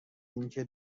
اینکه